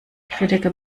kritiker